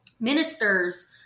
ministers